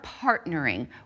partnering